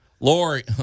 Lori